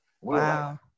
Wow